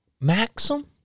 Maxim